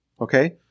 Okay